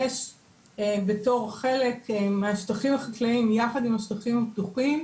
יש בתור חלק מהשטחים החקלאיים יחד עם השטחים הפתוחים,